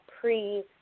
pre